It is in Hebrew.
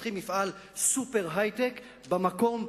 שפותחים מפעל סופר-היי-טק במקום,